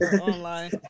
online